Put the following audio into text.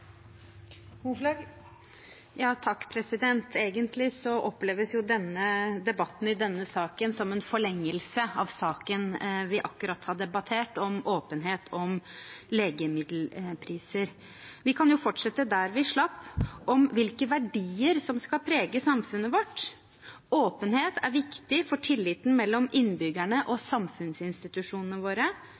Egentlig oppleves debatten i denne saken som en forlengelse av saken vi akkurat har debattert, om åpenhet om legemiddelpriser. Vi kan fortsette der vi slapp, om hvilke verdier som skal prege samfunnet vårt. Åpenhet er viktig for tilliten mellom innbyggerne og samfunnsinstitusjonene våre,